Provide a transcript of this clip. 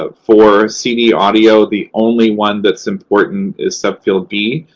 but for cd audio, the only one that's important is subfield b,